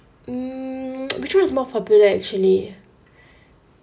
mm which one is more popular actually